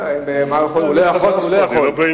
בסדר, הוא לא יכול.